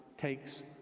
takes